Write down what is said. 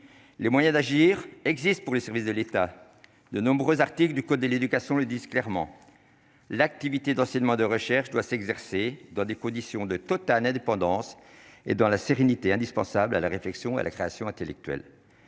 les moyens d'agir existe pour les services de l'État, de nombreux articles du code de l'éducation le disent clairement l'activité d'enseignement, de recherche doit s'exercer dans des conditions de totale indépendance et dans la sérénité indispensable à la réflexion et à la création intellectuelle,